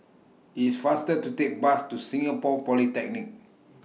It's faster to Take Bus to Singapore Polytechnic